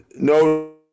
No